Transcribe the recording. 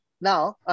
Now